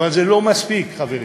אבל זה לא מספיק, חברים,